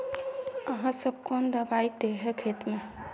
आहाँ सब कौन दबाइ दे है खेत में?